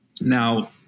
Now